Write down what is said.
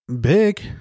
Big